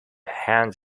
hands